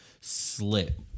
slit